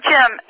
Jim